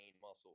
muscle